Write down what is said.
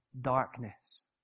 darkness